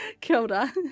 Kilda